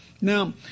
now